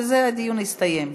בזה הדיון הסתיים.